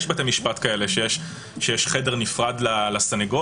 יש בתי משפט כאלה שיש חדר נפרד לסנגור.